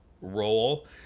role